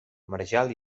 marjal